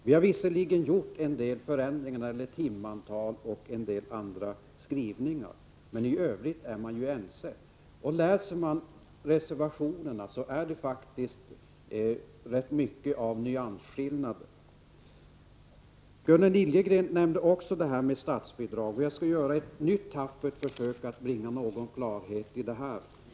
Vi har visserligen gjort några förändringar när det gäller timantalet och vissa andra skrivningar, men i övrigt är vi ense. Läser man reservationerna, finner man att det rätt mycket är fråga om nyansskillnader. Gunnel Liljegren nämnde statsbidraget. Jag skall göra ett nytt tappert försök att bringa litet klarhet i detta.